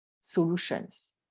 solutions